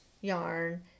yarn